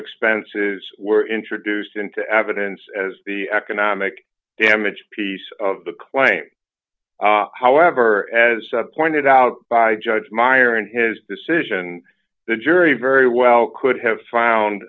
expenses were introduced into evidence as the economic damage piece of the claim however as pointed out by judge meyer and his decision the jury very well could have found